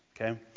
Okay